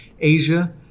Asia